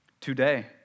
today